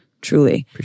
Truly